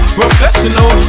Professional